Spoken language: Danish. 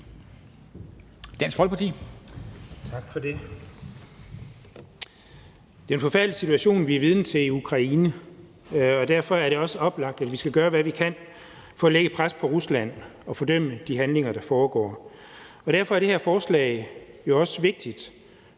Dahl (DF): Tak for det. Det er en forfærdelig situation, vi er vidner til i Ukraine. Derfor er det også oplagt, at vi skal gøre, hvad vi kan, for at lægge et pres på Rusland og fordømme de handlinger, der foregår. Og derfor er det her forslag jo også vigtigt,